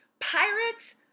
Pirates